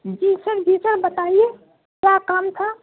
جی sir جی sir بتائیے کیا کام تھا